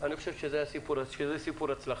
אני חושב שזה סיפור הצלחה.